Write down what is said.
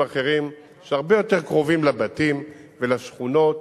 אחרים שהרבה יותר קרובים לבתים ולשכונות,